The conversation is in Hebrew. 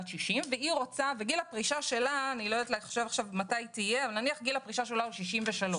60 וגיל הפרישה שלה הוא נניח בגיל 63